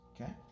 Okay